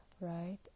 right